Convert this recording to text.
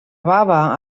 baba